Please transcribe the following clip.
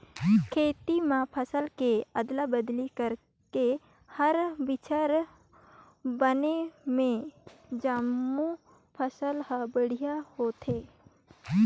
खेत म फसल के अदला बदली करके हर बछर बुने में जमो फसल हर बड़िहा होथे